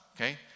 okay